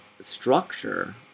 structure